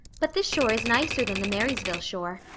but this shore is nicer than the marysville shore.